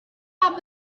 had